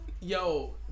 Yo